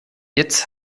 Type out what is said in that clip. jetzt